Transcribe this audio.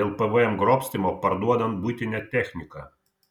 dėl pvm grobstymo parduodant buitinę techniką